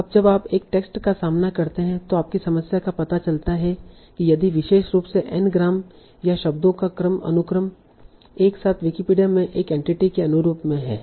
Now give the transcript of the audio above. अब जब आप एक टेक्स्ट का सामना करते हैं तो आपकी समस्या का पता चलता है कि यदि विशेष रूप से n ग्राम या शब्दों का क्रम अनुक्रम एक साथ विकिपीडिया में एक एंटिटी के अनुरूप है